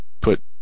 put